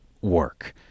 work